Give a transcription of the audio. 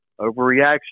Overreaction